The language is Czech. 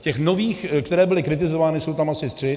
Těch nových, které byly kritizovány, jsou tam asi tři.